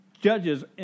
judges